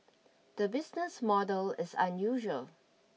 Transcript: the business model is unusual